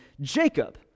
Jacob